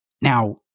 Now